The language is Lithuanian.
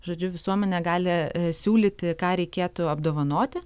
žodžiu visuomenė gali siūlyti ką reikėtų apdovanoti